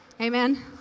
Amen